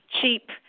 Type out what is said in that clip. cheap